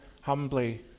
humbly